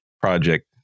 project